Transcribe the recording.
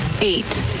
eight